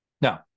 now